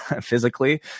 physically